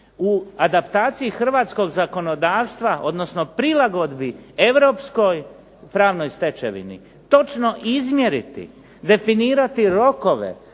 u adaptaciji hrvatskog zakonodavstva, odnosno prilagodbe europskoj pravnoj stečevini, točno izmjeriti, definirati rokove,